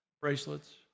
bracelets